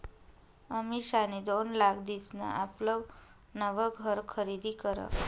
अमिषानी दोन लाख दिसन आपलं नवं घर खरीदी करं